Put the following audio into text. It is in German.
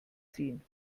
ziehen